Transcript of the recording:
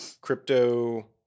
crypto